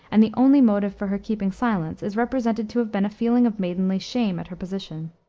and the only motive for her keeping silence is represented to have been a feeling of maidenly shame at her position.